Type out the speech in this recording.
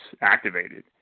activated